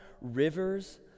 rivers